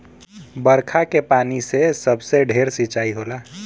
बरखा के पानी से सबसे ढेर सिंचाई होला